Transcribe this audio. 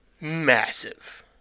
massive